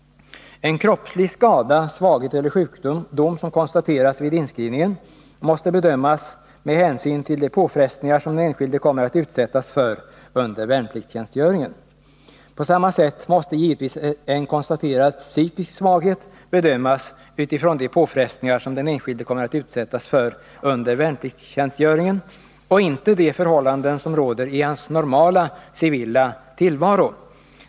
En kroppslig skada, svaghet eller sjukdom, som konstateras vid inskrivningen, måste bedömas med hänsyn till de påfrestningar som den enskilde kommer att utsättas för under värnpliktstjänstgöringen. På samma sätt måste givetvis en konstaterad psykisk svaghet bedömas utifrån de påfrestningar som den enskilde kommer att utsättas för under värnpliktstjänstgöringen och inte de förhållanden som råder i hans normala civila tillvaro.